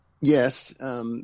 yes